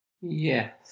Yes